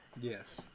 Yes